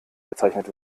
bezeichnet